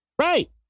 Right